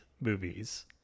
movies